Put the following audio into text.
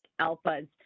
alphas